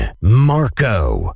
Marco